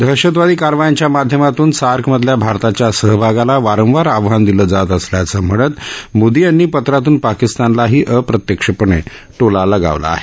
दहशतवादी कारवायांच्या माध्यमातून सार्कमधल्या भारताच्या सहभागाला वारंवार आव्हानं दिलं जात असल्याचं म्हणत मोदी यांनी पत्रातून पाकिस्तानलाही अप्रत्यक्षपणे टोला लगावाला आहे